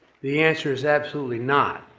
the answer is absolutely not,